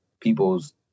people's